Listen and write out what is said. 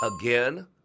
Again